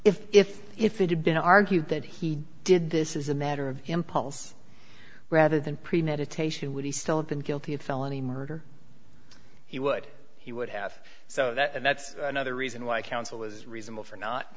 if if if it had been argued that he did this is a matter of impulse rather than premeditation would he still have been guilty of felony murder he would he would have so that and that's another reason why counsel was reasonable for not